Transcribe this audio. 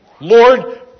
Lord